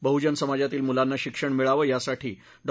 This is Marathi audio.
बहुजन समाजातील मुलांना शिक्षण मिळावे यासाठी डॉ